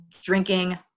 drinking